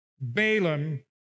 Balaam